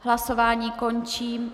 Hlasování končím.